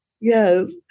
Yes